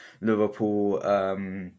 Liverpool